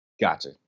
Gotcha